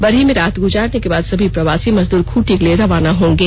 बरही में रात गुजारने के बाद सभी प्रवासी मजदूर खूंटी के लिए रवाना होंगे